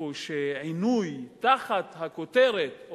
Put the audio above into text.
איפה שעינוי תחת הכותרת,